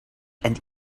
and